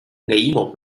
một